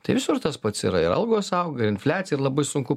tai visur tas pats yra ir algos auga infliacijair labai sunku